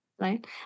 Right